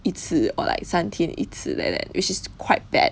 一次 or like 三天一次 like that which is quite bad